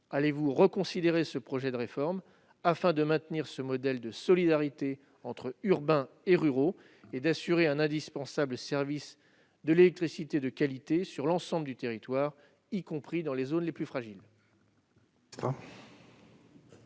allez-vous reconsidérer ce projet de réforme afin de maintenir le modèle de solidarité entre urbains et ruraux et d'assurer un indispensable service de l'électricité de qualité sur l'ensemble du territoire, y compris dans les zones les plus fragiles ?